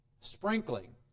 sprinkling